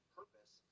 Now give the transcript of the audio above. purpose